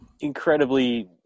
incredibly